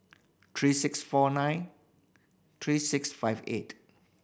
three six four nine three six five eight